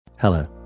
Hello